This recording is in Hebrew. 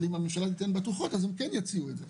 אם הממשלה תיתן בטוחות אז החברות תצענה את זה.